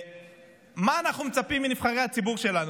מה אנחנו מצפים מנבחרי הציבור שלנו?